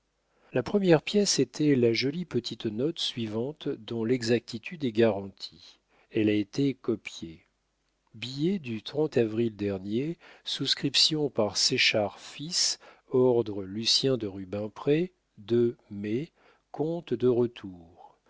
la première pièce était la jolie petite note suivante dont l'exactitude est garantie elle a été copiée billet du avril dernier souscrit par séchard fils ordre lucien de rubis près de mai compte de retour